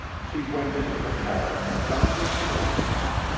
she went into the hall, found her snowshoes,